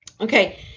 okay